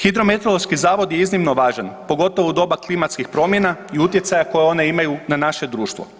Hidrometeorološki zavod je iznimno važan, pogotovo u doba klimatskih promjena i utjecaja koje one imaju na naše društvo.